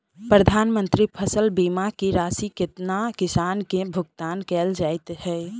प्रधानमंत्री फसल बीमा की राशि केतना किसान केँ भुगतान केल जाइत है?